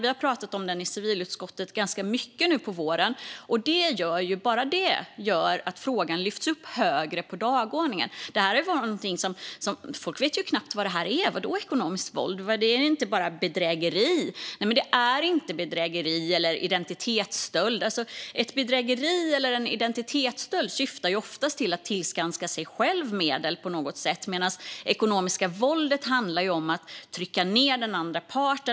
Vi har pratat om den i civilutskottet ganska mycket nu på våren, och bara det gör att frågan lyfts högre upp på dagordningen. Det här har ju varit något som folk knappt vet vad det är. Vad då ekonomiskt våld? Är inte det bara bedrägeri? Nej, det är inte bedrägeri eller identitetsstöld. Ett bedrägeri eller en identitetsstöld syftar ju oftast till att tillskansa sig själv medel på något sätt medan det ekonomiska våldet handlar om att trycka ned den andra parten.